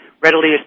readily